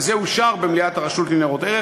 וזה אושר במליאת הרשות לניירות ערך.